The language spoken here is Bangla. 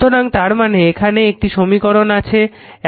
সুতরাং তার মানে এখানে এই সমীকরণটি লেখা আছে